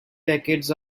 decades